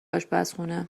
آشپزخونه